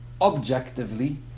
objectively